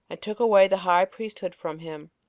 and took away the high priesthood from him,